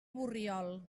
borriol